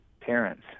parents